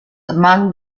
amongst